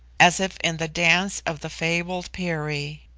as if in the dance of the fabled peri.